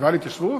לחטיבה להתיישבות?